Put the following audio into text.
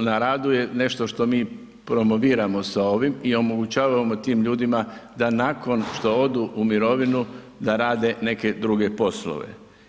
na radu je nešto što mi promoviramo sa ovim i omogućavamo tim ljudima da nakon što odu u mirovinu da rade neke druge poslove.